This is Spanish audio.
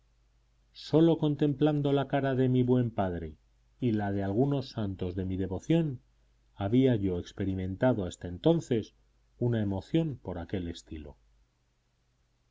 sólo contemplando la cara de mi buen padre y la de algunos santos de mi devoción había yo experimentado hasta entonces una emoción por aquel estilo